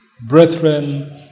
Brethren